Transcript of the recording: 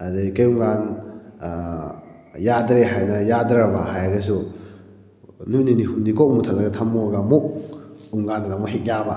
ꯑꯗꯒꯤ ꯀꯩꯒꯨꯝꯀꯥꯟ ꯌꯥꯗ꯭ꯔꯦ ꯍꯥꯏꯅ ꯌꯥꯗ꯭ꯔꯕ ꯍꯥꯏꯔꯒꯁꯨ ꯅꯨꯃꯤꯠ ꯅꯤꯅꯤ ꯍꯨꯝꯅꯤ ꯀꯣꯛ ꯃꯨꯊꯠꯂꯒ ꯊꯝꯃꯨꯔꯒ ꯑꯃꯨꯛ ꯑꯗꯨꯝ ꯀꯥꯟꯗꯒ ꯍꯦꯛ ꯌꯥꯕ